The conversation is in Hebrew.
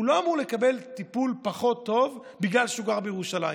לא אמור לקבל טיפול פחות טוב בגלל שהוא גר בירושלים.